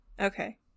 okay